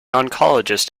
oncologist